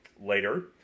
later